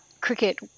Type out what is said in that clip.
cricket